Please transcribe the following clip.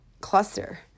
cluster